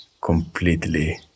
completely